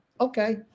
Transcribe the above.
Okay